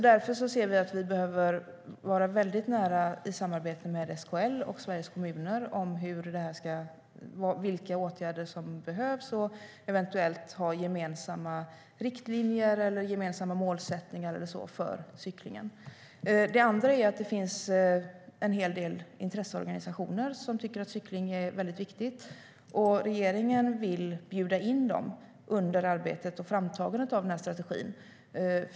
Därför behöver vi vara i nära samarbete med SKL och Sveriges kommuner om vilka åtgärder som behövs och eventuellt ha gemensamma riktlinjer eller målsättningar för cyklingen. Det andra är att det finns en hel del intresseorganisationer som tycker att cykling är väldigt viktigt. Regeringen vill bjuda in dem under arbetet och framtagandet av strategin.